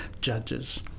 judges